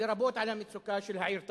לרבות על המצוקה של העיר טייבה,